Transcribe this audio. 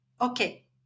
okay